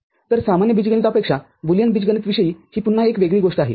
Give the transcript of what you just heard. तर सामान्य बीजगणितापेक्षा बुलियन बीजगणित विषयी ही पुन्हा एक वेगळी गोष्ट आहे